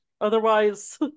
otherwise